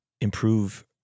improve